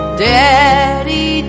Daddy